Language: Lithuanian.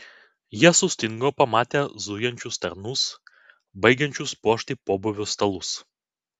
jie sustingo pamatę zujančius tarnus baigiančius puošti pobūvio stalus